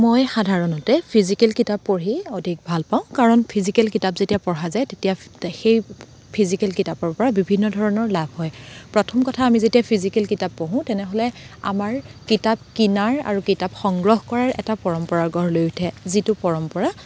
মই সাধাৰণতে ফিজিকেল কিতাপ পঢ়ি অধিক ভাল পাওঁ কাৰণ ফিজিকেল কিতাপ যেতিয়া পঢ়া যায় তেতিয়া সেই ফিজিকেল কিতাপৰ পৰা বিভিন্ন ধৰণৰ লাভ হয় প্ৰথম কথা আমি যেতিয়া ফিজিকেল কিতাপ পঢ়োঁ তেনেহ'লে আমাৰ কিতাপ কিনাৰ আৰু কিতাপ সংগ্ৰহ কৰাৰ এটা পৰম্পৰা গঢ় লৈ উঠে যিটো পৰম্পৰা